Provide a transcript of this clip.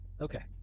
Okay